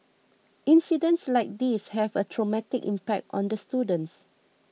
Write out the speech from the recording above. incidents like these have a traumatic impact on the students